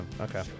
Okay